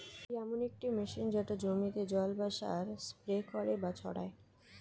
এটি এমন একটি মেশিন যেটা জমিতে জল বা সার স্প্রে করে বা ছড়ায়